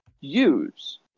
use